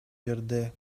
жерде